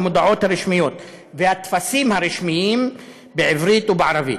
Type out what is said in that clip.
המודעות הרשמיות והטפסים הרשמיים בעברית ובערבית.